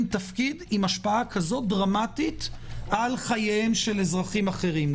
תפקיד עם השפעה כזו דרמטית על חייהם של אזרחים אחרים,